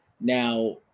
Now